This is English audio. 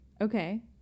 Okay